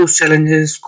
challenges